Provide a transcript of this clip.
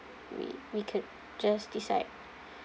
we we could just decide